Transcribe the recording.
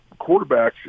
quarterbacks